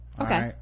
okay